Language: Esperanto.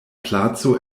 placo